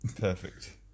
Perfect